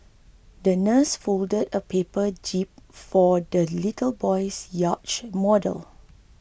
the nurse folded a paper jib for the little boy's yacht model